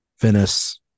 venice